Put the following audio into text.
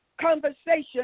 conversation